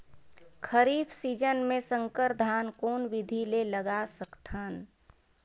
खरीफ season मे संकर धान कोन विधि ले लगा सकथन?